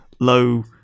low